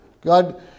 God